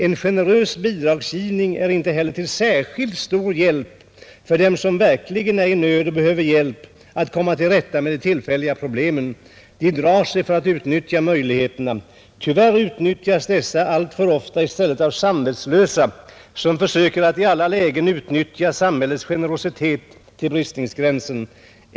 En generös bidragsgivning är inte heller till särskilt stor hjälp för dem som verkligen är i nöd och behöver hjälp att komma till rätta med tillfälliga problem. De drar sig för att utnyttja möjligheterna. Tyvärr utnyttjas dessa alltför ofta i stället av samvetslösa som försöker att i alla lägen utnyttja ”samhällets” generositet till bristningsgränsen.